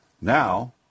Now